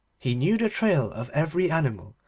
he knew the trail of every animal,